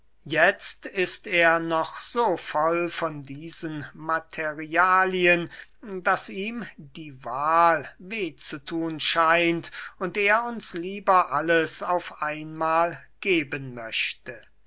jetzt ist er noch so voll von diesen materialien daß ihm die wahl weh zu thun scheint und er uns lieber alles auf einmahl geben möchte